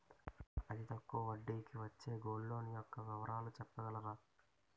అతి తక్కువ వడ్డీ కి వచ్చే గోల్డ్ లోన్ యెక్క వివరాలు చెప్పగలరా?